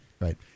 Right